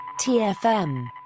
TFM